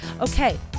Okay